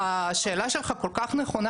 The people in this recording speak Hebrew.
אדוני, השאלה היא לא למה, השאלה שלך כל כך נכונה.